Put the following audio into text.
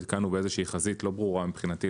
נתקלנו באיזו שהיא חזית לא ברורה מבחינתי,